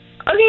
okay